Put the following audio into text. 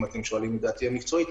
אם אתם שואלים את דעתי המקצועית,